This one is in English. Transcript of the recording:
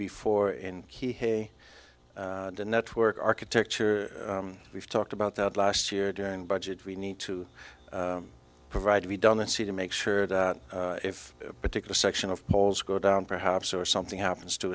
before in he hey the network architecture we've talked about that last year during budget we need to provide to be done and see to make sure that if a particular section of holes go down perhaps or something happens